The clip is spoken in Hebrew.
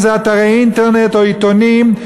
אם זה אתרי אינטרנט או עיתונים,